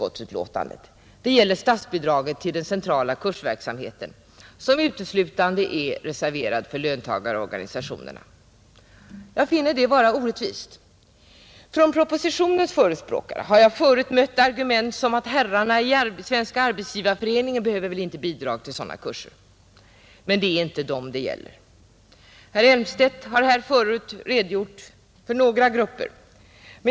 Den gäller statsbidraget till den centrala kursverksamheten, som uteslutande är reserverad för löntagarorganisationerna. Jag finner detta djupt orättvist. Från propositionens förespråkare har jag förut mött argumentet att herrarna i Svenska arbetsgivareföreningen väl inte behöver bidrag till sådana kurser. Men det är inte dem det gäller. Herr Elmstedt har här förut redogjort för några grupper.